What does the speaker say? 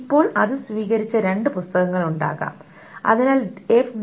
ഇപ്പോൾ അത് സ്വീകരിച്ച രണ്ട് പുസ്തകങ്ങൾ ഉണ്ടാകാം അതിനാൽ FDB DBM